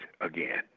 again